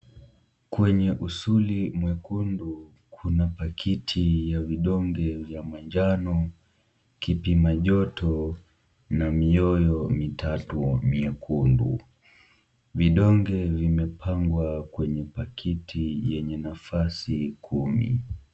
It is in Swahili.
Kwenye usuli mwekundu kuna pakiti ya vidonge vya manjano, kipima joto na mioyo mitatu miekundu. Vidonge vimepangwa kwenye pakiti yenye nafasi kumi.